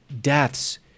deaths